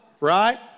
right